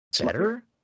better